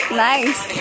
nice